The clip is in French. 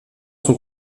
son